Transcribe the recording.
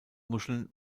muscheln